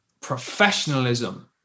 professionalism